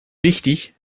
wichtig